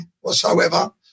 whatsoever